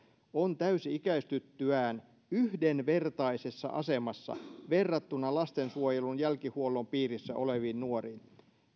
on täysi ikäistyttyään yhdenvertaisessa asemassa verrattuna lastensuojelun jälkihuollon piirissä oleviin nuoriin